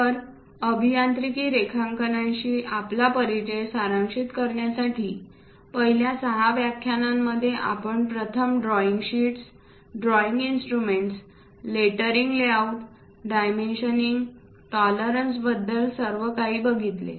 तर अभियांत्रिकी रेखांकनांशी आपला परिचय सारांशित करण्यासाठी पहिल्या सहा व्याख्यानांमध्ये आपण प्रथम drawing sheets drawing instruments lettering layout dimensioning tolerance बद्दल सर्व काही बघितले